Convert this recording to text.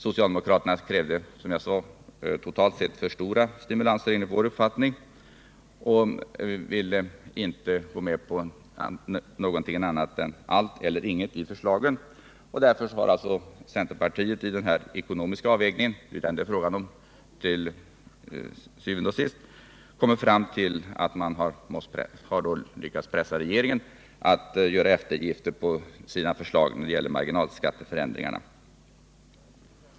Socialdemokraterna krävde, som jag sade tidigare, enligt vår uppfattning totalt sett för stora stimulanser och ville inte gå med på någonting annat än allt eller inget i sitt förslag. Därför har centerpartiet i denna ekonomiska avvägning — det är vad det til syvende og sidst är fråga om — lyckats pressa regeringen att göra eftergifter i sina förslag när det gäller marginalskatteförändringarna.